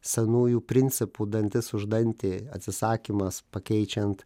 senųjų principų dantis už dantį atsisakymas pakeičiant